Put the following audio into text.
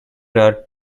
are